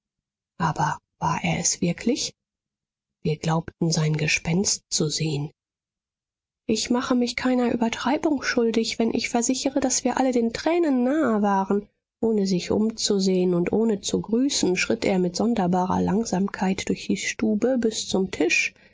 aber war er es wirklich wir glaubten sein gespenst zu sehen ich mache mich keiner übertreibung schuldig wenn ich versichere daß wir alle den tränen nahe waren ohne sich umzusehen und ohne zu grüßen schritt er mit sonderbarer langsamkeit durch die stube bis zum tisch